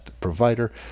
provider